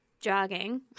jogging